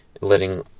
Letting